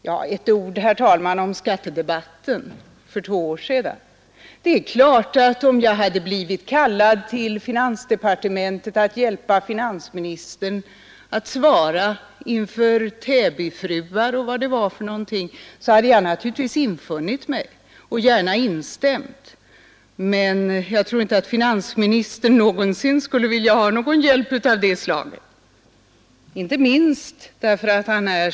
Några ord, herr talman, om skattedebatten för två år sedan. Det är klart att om jag hade blivit kallad till finansdepartementet för att hjälpa finansministern att svara inför Täbyfruar och vilka det var, så hade jag naturligtvis infunnit mig och gärna instämt. Men jag tror inte att finansministern någonsin skulle vilja ha någon hjälp av det slaget.